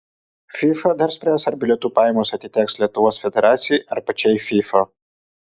fifa dar spręs ar bilietų pajamos atiteks lietuvos federacijai ar pačiai fifa